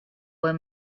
were